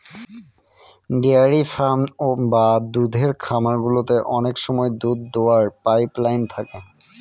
dairy farm বা দুধের খামার গুলোতে অনেক সময় দুধ দোওয়ার পাইপ লাইন থাকে